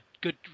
good